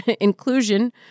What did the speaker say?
inclusion